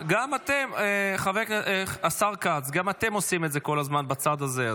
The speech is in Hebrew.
גם אתם עושים את זה כל הזמן בצד הזה,